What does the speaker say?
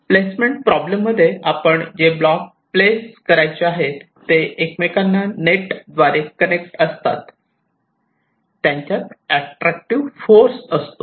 placement problem मध्ये आपण जे ब्लॉक प्लेस करायचे आहे ते एकमेकांशी नेट द्वारा कनेक्ट असतात त्यांच्यात ऍट्रक्टिव्ह फोर्स असतो